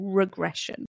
regression